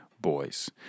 boys